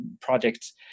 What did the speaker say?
projects